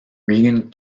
regan